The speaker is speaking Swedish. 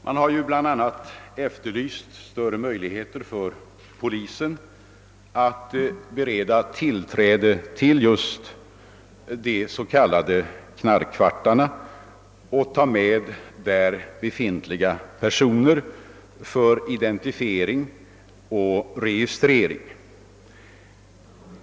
Man har bl.a. efterlyst större möjligheter för polisen att bereda sig tillträde till knarkarkvartarna och ta med personer som befinner sig där för identifiering och registrering.